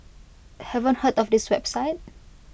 haven't heard of this website